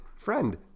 friend